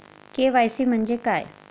KYC म्हंजे काय?